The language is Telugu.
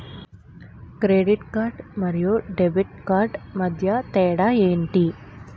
క్రెడిట్ కార్డ్ మరియు డెబిట్ కార్డ్ మధ్య తేడా ఎంటి?